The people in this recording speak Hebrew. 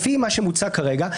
לפי מה שמוצע כרגע,